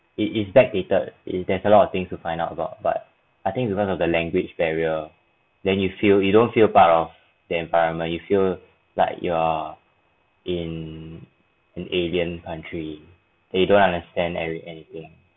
it is backdated if there's a lot of things you find out about but I think its because of the language barrier then you feel you don't feel part of the environment you feel like you're in an alien country they don't understand anything